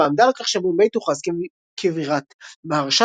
ועמדה על כך שבומביי תוכרז כבירת מהרשטרה.